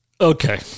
Okay